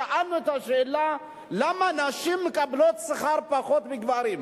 ושאלנו אותה שאלה: למה נשים מקבלות שכר נמוך משכר גברים?